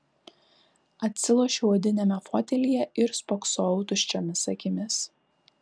atsilošiau odiniame fotelyje ir spoksojau tuščiomis akimis